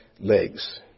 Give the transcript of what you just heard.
legs